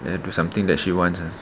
let her do something that she wants ah